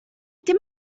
dim